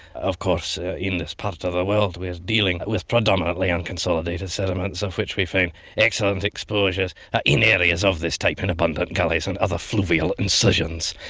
of course ah in this part of the world we are dealing with predominantly unconsolidated sediments, of which we find excellent exposures ah in areas of this type in abundant gullies and other fluvial incisions.